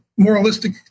moralistic